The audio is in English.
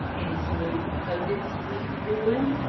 and smooth-coated sweet ones,